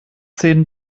zehn